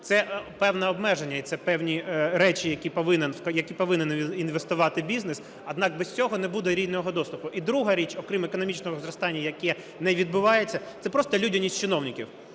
Це певне обмеження і це певні речі, в які повинен інвестувати бізнес, однак без цього не буде рівного доступу. І друга річ, окрім економічного зростання, яке не відбувається, це просто людяність чиновників.